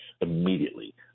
immediately